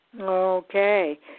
Okay